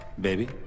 Baby